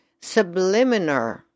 subliminal